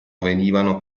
venivano